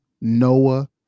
Noah